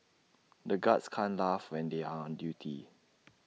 the guards can't laugh when they are on duty